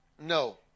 No